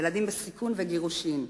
ילדים בסיכון וגירושין.